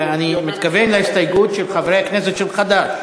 ואני מתכוון להסתייגות של חברי הכנסת של חד"ש,